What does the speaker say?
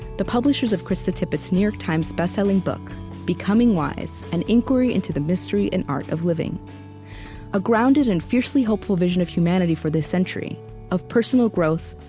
the publishers of krista tippett's new york times bestselling book becoming wise an inquiry into the mystery and art of living a grounded and fiercely hopeful vision of humanity for this century of personal growth,